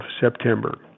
September